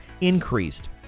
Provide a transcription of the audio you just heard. increased